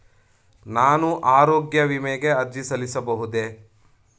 ನಾನು ಆರೋಗ್ಯ ವಿಮೆಗೆ ಅರ್ಜಿ ಸಲ್ಲಿಸಬಹುದೇ?